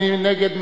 מי נגד?